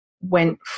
went